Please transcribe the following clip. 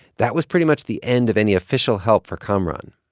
that was pretty much the end of any official help for kamaran.